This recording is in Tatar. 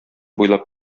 буйлап